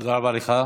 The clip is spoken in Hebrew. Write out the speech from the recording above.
תודה רבה לך.